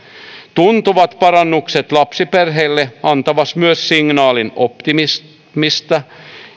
tuntuvat parannukset lapsiperheille antavat myös signaalin optimismista